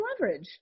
leverage